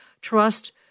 trust